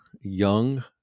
young